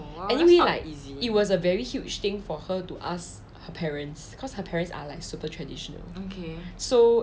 anyway like easy it was a very huge thing for her to ask her parents because her parents are like super traditional